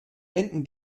enden